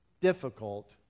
difficult